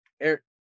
Eric